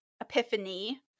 epiphany